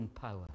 power